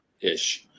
ish